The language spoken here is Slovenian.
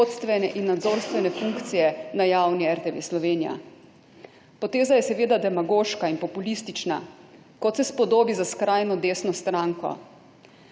vodstvene in nadzorstvene funkcije na javni RTV Slovenija. Poteza je seveda demagoška in populistična, kot se spodobi za skrajno desno stranko.